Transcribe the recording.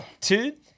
Two